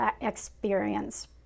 experience